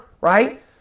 right